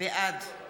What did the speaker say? בעד